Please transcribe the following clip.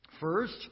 First